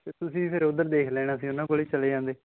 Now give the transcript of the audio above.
ਅਤੇ ਤੁਸੀਂ ਫਿਰ ਉੱਧਰ ਦੇਖ ਲੈਣਾ ਸੀ ਉਹਨਾਂ ਕੋਲ ਚਲੇ ਜਾਂਦੇ